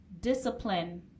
discipline